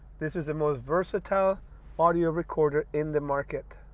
this is the most versatile audio recorded in the market.